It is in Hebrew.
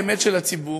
האמת של הציבור,